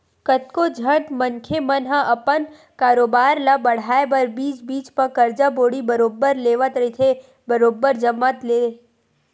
कतको झन मनखे मन ह अपन कारोबार ल बड़हाय बर बीच बीच म करजा बोड़ी बरोबर लेवत रहिथे बरोबर जमत ले